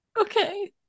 Okay